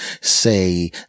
say